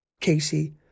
Casey